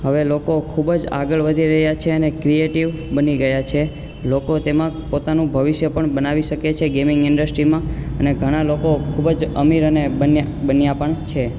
હવે લોકો ખૂબ જ આગળ વધી રહ્યા છે અને ક્રિએટિવ બની ગયા છે લોકો તેમા પોતાનું ભવિષ્ય પણ બનાવી શકે છે ગેમિંગ ઈન્ડસ્ટ્રીમાં અને ઘણા લોકો ખૂબ જ અમીર અને બન્યા પણ છે